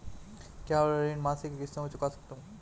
क्या मैं अपना ऋण मासिक किश्तों में चुका सकता हूँ?